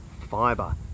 fiber